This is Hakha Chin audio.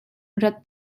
rat